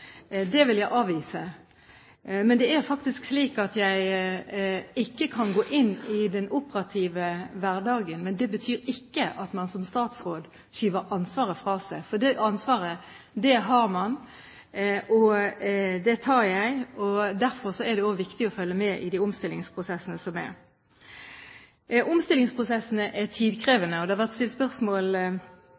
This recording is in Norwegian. Det vil jeg avvise. Jeg kan ikke gå inn i den operative hverdagen, men det betyr ikke at man som statsråd skyver ansvaret fra seg, for det ansvaret har man, og det tar jeg. Derfor er det også viktig å følge med i de omstillingsprosessene som er. Omstillingsprosessene er tidkrevende, og det har vært stilt spørsmål